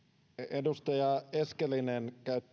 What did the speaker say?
edustaja eskelinen toi